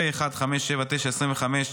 פ/1579/25,